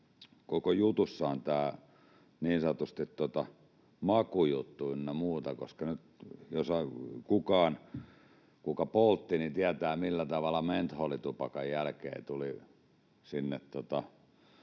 koko jutussa, on niin sanotusti tämä makujuttu ynnä muu. Jos on kukaan, kuka poltti, niin tietää, millä tavalla mentolitupakan jälkeen sinne